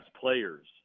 players